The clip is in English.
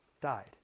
died